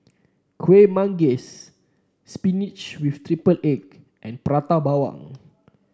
Kueh Manggis spinach with triple egg and Prata Bawang